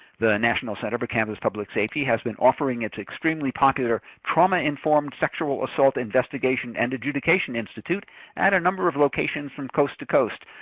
the national center for campus public safety has been offering its extremely popular trauma-informed sexual assault investigation and adjudication institute at a number of locations from coast to coast.